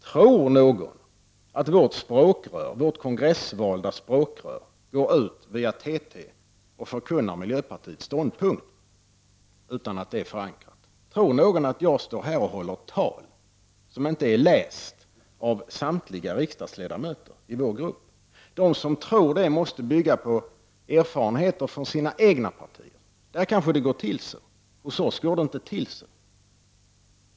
Tror någon att vårt språkrör, vårt kongressvalda språkrör, går ut via TT och förkunnar miljöpartiets ståndpunkt utan att denna är förankrad i partiet? Tror någon att jag står här och håller ett tal som inte är läst av samtliga riksdagsledamöter i vår grupp? De som tror det måste bygga sin uppfattning på erfarenheter från sina egna partier. Där kanske det går till så, hos oss gör det det inte.